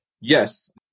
Yes